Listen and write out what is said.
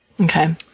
Okay